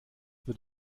wird